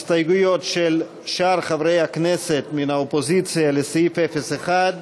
ההסתייגויות של שאר חברי הכנסת מן האופוזיציה לסעיף 01,